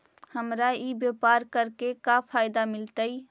हमरा ई व्यापार करके का फायदा मिलतइ?